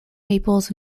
maples